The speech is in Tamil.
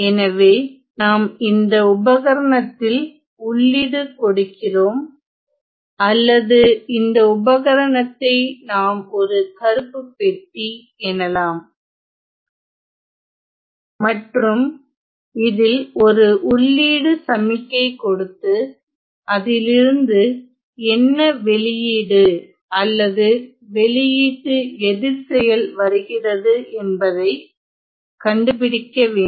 எனவே நாம் இந்த உபகரணத்தில் உள்ளீடு கொடுக்கிறோம் அல்லது இந்த உபகரணத்தை நாம் ஒரு கருப்பு பெட்டி எனலாம் மற்றும் இதில் ஒரு உள்ளீடு சமிக்கை கொடுத்து அதிலிருந்து என்ன வெளியீடு அல்லது வெளியீட்டு எதிர்செயல் வருகிறது என்பதை கண்டுபிடிக்க வேண்டும்